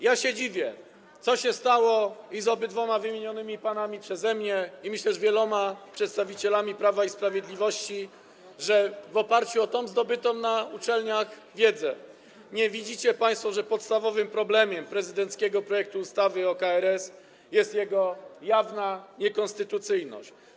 Ja się dziwię temu, co się stało z obydwoma wymienionymi przez mnie panami i - jak myślę - z wieloma przedstawicielami Prawa i Sprawiedliwości, że w oparciu o zdobytą na uczelniach wiedzę nie widzicie państwo, że podstawowym problemem prezydenckiego projektu ustawy o KRS jest jego jawna niekonstytucyjność.